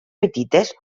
petites